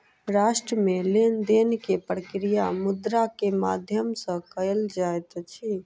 राष्ट्र मे लेन देन के प्रक्रिया मुद्रा के माध्यम सॅ कयल जाइत अछि